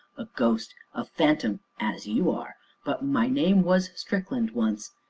a ghost a phantom as you are but my name was strickland once,